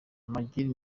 amagini